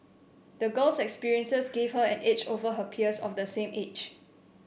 the girl's experiences gave her an edge over her peers of the same age